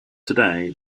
today